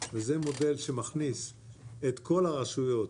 מודל שמכניס את כל הרשויות